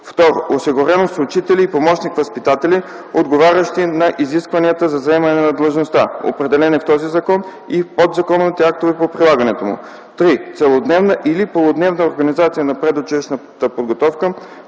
2. осигуреност с учители и помощник-възпитатели, отговарящи на изискванията за заемане на длъжността, определени в този закон и подзаконовите актове по прилагането му; 3. целодневна или полудневна организация на предучилищната подготовка,